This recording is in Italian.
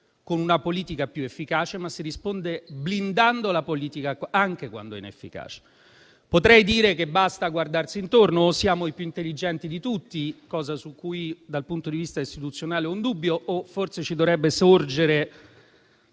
con una politica più efficace, ma blindando la politica anche quando è inefficace. Potrei dire che basta guardarsi intorno: o siamo i più intelligenti di tutti - cosa su cui, dal punto di vista istituzionale, ho un dubbio - o forse ci dovrebbe sorgere